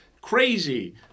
crazy